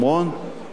ואני מאמין